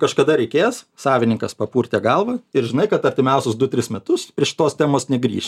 kažkada reikės savininkas papurtė galvą ir žinai kad artimiausius du tris metus prie šitos temos negrįš